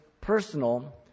personal